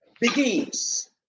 begins